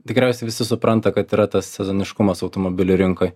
tikriausiai visi supranta kad yra tas sezoniškumas automobilių rinkoj